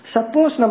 Suppose